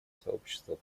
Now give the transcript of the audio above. сообщество